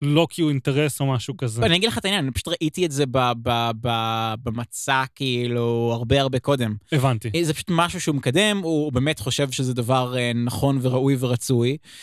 לא כי הוא אינטרס או משהו כזה. אני אגיד לך את העניין, אני פשוט ראיתי את זה במצע כאילו הרבה הרבה קודם. הבנתי. זה פשוט משהו שהוא מקדם, הוא באמת חושב שזה דבר נכון וראוי ורצוי.